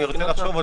אני רוצה לחשוב.